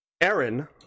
Aaron